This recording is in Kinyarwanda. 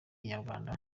inyarwanda